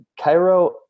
Cairo